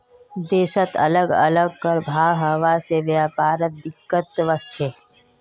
देशत अलग अलग कर भाव हवा से व्यापारत दिक्कत वस्छे